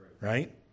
right